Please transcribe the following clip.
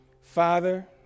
Father